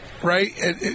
Right